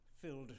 filled